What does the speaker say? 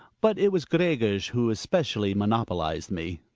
but it was gregers who especially monopolized me.